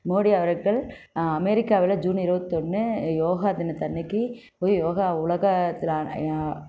மோடி அவர்கள் அமெரிக்காவில் ஜூன் இருவத்தொன்று யோகா தினத்தன்னைக்கு போய் யோகா உலகத்தில்